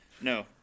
No